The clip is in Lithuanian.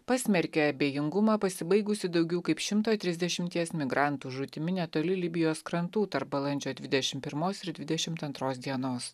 pasmerkė abejingumą pasibaigusį daugiau kaip šimto trisdešimties migrantų žūtimi netoli libijos krantų tarp balandžio dvidešimt pirmos ir dvidešimt antros dienos